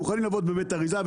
הם מוכנים לעבוד בבית אריזה,